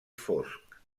fosc